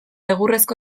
egurrezko